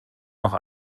noch